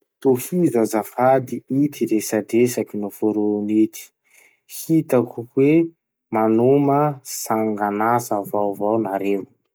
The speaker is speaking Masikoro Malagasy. Tohizo azafady ity resadresaky noforony ity: Hitako hoe manoma sangan'asa vaovao nareo.